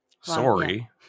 sorry